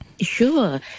Sure